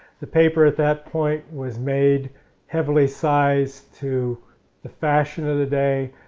the paper at that point was made heavily sized to the fashion of the day,